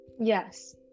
Yes